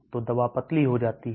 तो दवा पतली हो जाती है